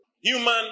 Human